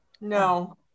No